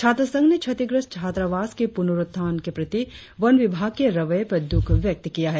छात्र संघ ने क्षतिग्रस्त छात्रावास के पुनर्रुत्थान के प्रति वन विभाग के रवैये पर द्रख व्यक्त किया है